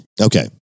Okay